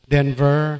Denver